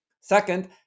Second